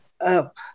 up